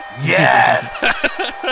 Yes